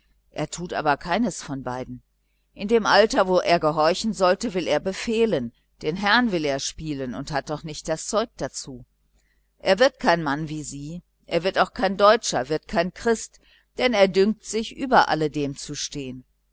er aber tut keines von beiden in dem alter wo er gehorchen sollte will er kommandieren den herrn will er spielen und hat doch nicht das zeug dazu er wird kein mann wie sie er wird auch kein deutscher wird kein christ denn er dünkt sich über alledem zu stehen